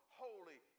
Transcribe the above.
holy